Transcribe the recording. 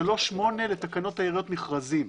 3(8) לתקנות העיריות מכרזים.